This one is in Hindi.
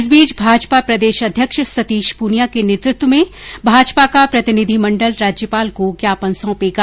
इस बीच भाजपा प्रदेश अध्यक्ष सतीश पूनिया के नेतृत्व में भाजपा का प्रतिनिधि मण्डल राज्यपाल को ज्ञापन सौपेगा